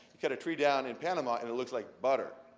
you cut a tree down in panama, and it looks like butter.